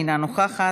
אינה נוכחת,